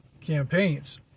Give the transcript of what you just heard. campaigns